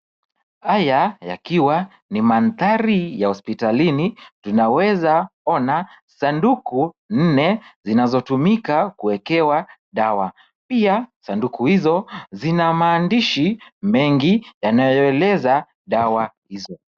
Haya, yakiwa ni mandhari ya hospitalini, tunaweza ona sanduku 4 zinazotumika kuwekewa dawa. Pia, sanduku hizo zina maandishi mengi yanayoeleza dawa hizo.